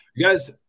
Guys